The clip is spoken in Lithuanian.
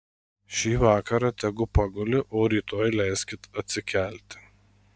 šį vakarą tegu paguli o rytoj leiskit atsikelti